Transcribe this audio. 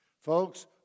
Folks